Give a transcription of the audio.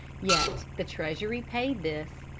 yet the treasury paid this,